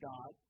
God